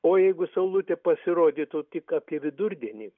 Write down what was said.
o jeigu saulutė pasirodytų tik apie vidurdienį